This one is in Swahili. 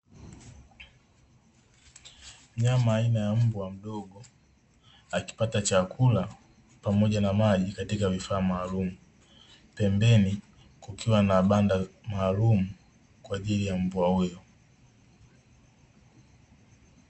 Mnyama aina ya mbwa wa bluu akipata chakula na maji katika vifaa maalumu. Pembeni kukiwa na banda maalumu kwa ajili ya mbwa huyu.